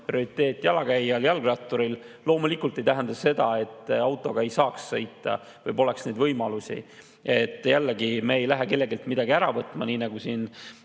prioriteet jalakäijal ja jalgratturil. Loomulikult ei tähenda see seda, et autoga ei saaks sõita või poleks neid võimalusi. Me ei lähe kelleltki midagi ära võtma, nii nagu siin